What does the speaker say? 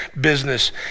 business